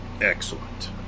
Excellent